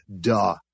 duh